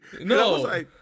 no